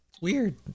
weird